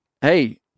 Hey